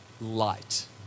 light